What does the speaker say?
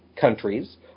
countries